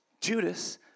Judas